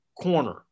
corner